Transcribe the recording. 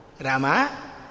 Rama